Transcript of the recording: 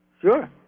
sure